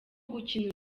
gukina